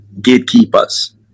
gatekeepers